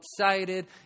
excited